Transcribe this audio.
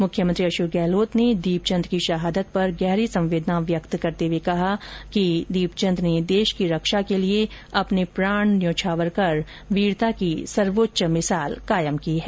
मुख्यमंत्री अशोक गहलोत ने दीपचन्द की शहादत पर गहरी संवेदना व्यक्त करते हुए कहा कि दीपचन्द ने देश की रक्षा के लिए अपने प्राण न्यौछावर कर वीरता की सर्वोच्च मिसाल कायम की है